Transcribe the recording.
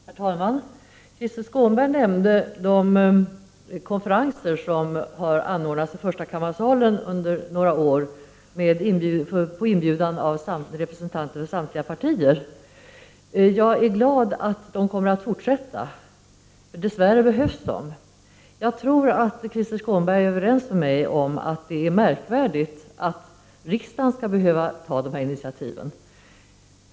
Herr talman! Krister Skånberg nämnde de konferenser som har anordnats i förstakammarsalen under några år på inbjudan av representanter för samtliga partier. Jag är glad över att de konferenserna kommer att fortsätta. Dess värre behövs de. Jag tror att Krister Skånberg är överens med mig om att det är märkligt att riksdagen skall behöva ta sådana initiativ.